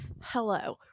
Hello